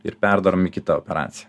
ir perdarom į kitą operaciją